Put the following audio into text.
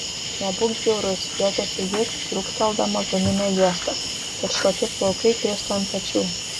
nebūk bjaurus juokiasi ji trūkteldama guminę juostą kad šlapi plaukai kristų ant pečių